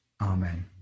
Amen